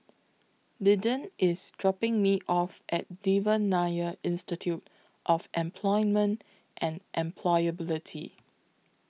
Linden IS dropping Me off At Devan Nair Institute of Employment and Employability